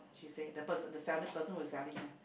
she say the person the selling person who's selling lah